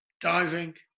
Diving